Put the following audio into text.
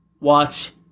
watch